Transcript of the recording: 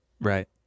right